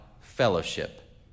fellowship